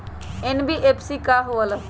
NBFC का होलहु?